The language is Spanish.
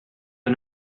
una